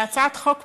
להצעת חוק פרטית,